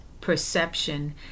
perception